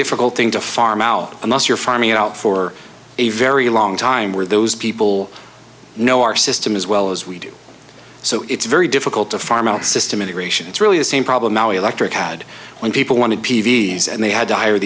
difficult thing to farm out unless you're farming it out for a very long time where those people know our system as well as we do so it's very difficult to farm out system integration it's really the same problem now electric had when people want to p b s and they had to hire